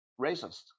racist